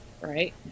right